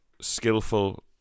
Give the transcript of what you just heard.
skillful